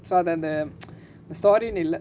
so other than the story